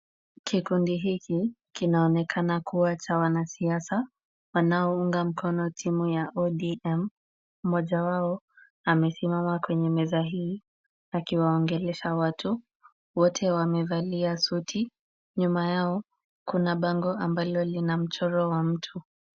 Kikundi hiki kinaonekana kuwa cha wanasiasa wanaounga mkono chama ya ODM. Mmoja wao amesimama kwenye meza hii akiwaongelesha watu. Wote wamevalia suti. Nyuma yao kuna bango ambalo lina mchoro wa mtu.